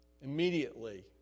Immediately